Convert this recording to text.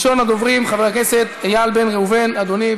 ראשון הדוברים, חבר הכנסת איל בן ראובן, אדוני,